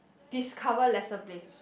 discover lesser place also